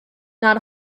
not